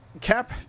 cap –